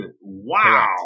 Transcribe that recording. Wow